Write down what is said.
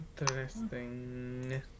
Interesting